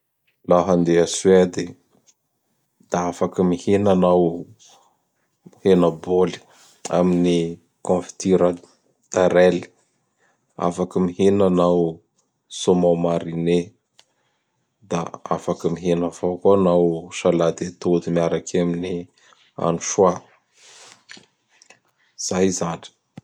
Laha andeha a Suède y da afaky mihina anao: henabôly amin'ny Confitira Tarely, afaky mihina anao Somon Mariné, da afaky mihina avao koa anao salady atody miraraky amin'ny Ansoa. Zay zany!